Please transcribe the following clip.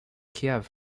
kiev